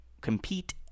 compete